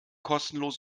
kostenlos